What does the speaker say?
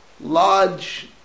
Large